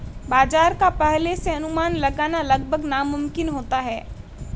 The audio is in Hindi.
बाजार का पहले से अनुमान लगाना लगभग नामुमकिन होता है